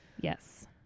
yes